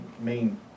main